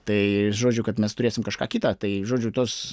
tai žodžiu kad mes turėsim kažką kitą tai žodžiu tos